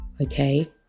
okay